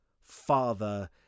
Father